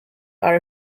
are